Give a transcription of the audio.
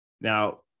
now